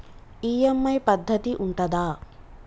EMI పద్ధతి ఉంటదా?